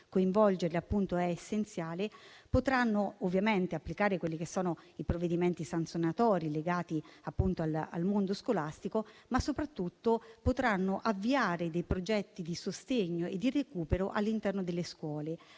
coinvolgimento è essenziale), potranno applicare i provvedimenti sanzionatori legati al mondo scolastico, ma soprattutto potranno avviare dei progetti di sostegno e di recupero all'interno delle scuole,